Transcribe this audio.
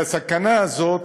הסכנה הזאת